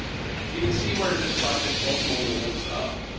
you can see where this project ultimately ends up.